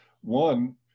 One